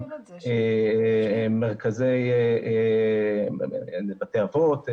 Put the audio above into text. בתי אבות,